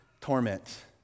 torment